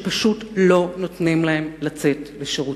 שפשוט לא נותנים להם לצאת לשירותים.